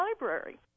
Library